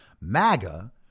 MAGA